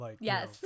Yes